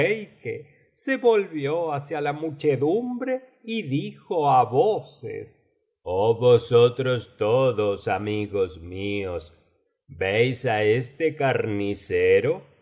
se volvió hacia la muchedumbre y dijo á voces oh vosotros todos amigos míos veis á este carnicero